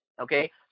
Okay